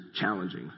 challenging